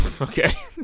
Okay